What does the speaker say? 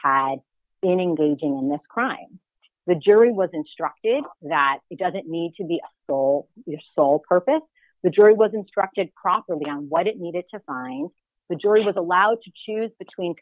this crime the jury was instructed that he doesn't need to be sole your sole purpose the jury was instructed properly on what it needed to find the jury was allowed to choose between